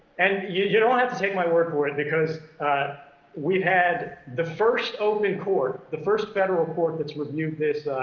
and you don't have to take my word for it, because we've had the first open court, the first federal court that's reviewed this,